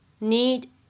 need